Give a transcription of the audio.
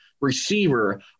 receiver